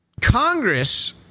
Congress